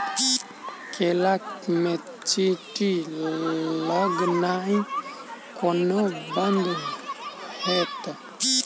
केला मे चींटी लगनाइ कोना बंद हेतइ?